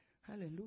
Hallelujah